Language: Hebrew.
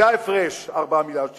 זה ההפרש, 4 מיליארדי שקל.